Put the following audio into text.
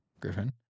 Griffin